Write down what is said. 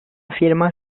firma